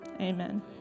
Amen